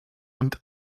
und